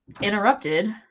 interrupted